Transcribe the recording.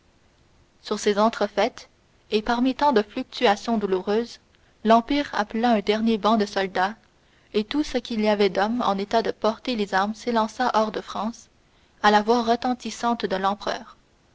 sur ces entrefaites et parmi tant de fluctuations douloureuses l'empire appela un dernier ban de soldats et tout ce qu'il y avait d'hommes en état de porter les armes s'élança hors de france à la voix retentissante de l'empereur